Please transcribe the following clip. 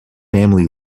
family